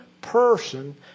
person